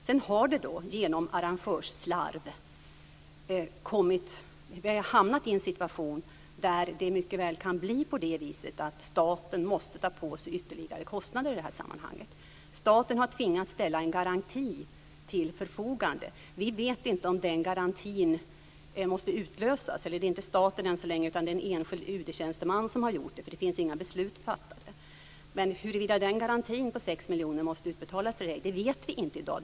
Sedan har det genom arrangörsslarv hamnat i en situation där det mycket väl kan bli på det viset att staten måste ta på sig ytterligare kostnader i detta sammanhang. Staten har tvingats ställa en garanti till förfogande. Vi vet inte om den garantin måste utlösas. Det är än så länge inte staten utan en enskild UD-tjänsteman som har gjort det, eftersom det inte finns några beslut fattade. Men huruvida den garantin på 6 miljoner kronor måste utbetalas eller ej vet vi inte i dag.